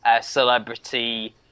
celebrity